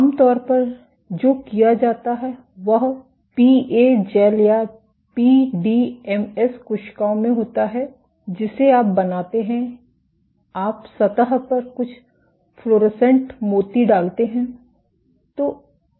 आमतौर पर जो किया जाता है वह पीए जैल या पीडीएमएस कोशिकाओं में होता है जिसे आप बनाते हैं आप सतह पर कुछ फ्लोरोसेंट मोती डालते हैं